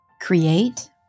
Create